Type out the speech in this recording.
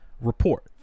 Report